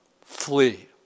flee